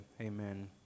amen